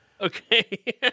Okay